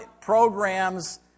programs